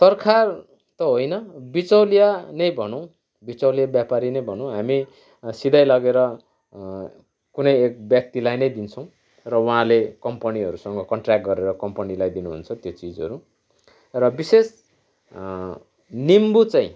सरकार त होइन बिचौलिया नै भनौँ बिचौलिया व्यापारी नै भनौँ हामी सिधै लगेर कुनै एक व्यक्तिलाई नै दिन्छौँ र उहाँले कम्पनीहरूसँग कन्ट्रयाक्ट गरेर कम्पनीलाई दिनुहुन्छ त्यो चिजहरू र विशेष निम्बु चाहिँ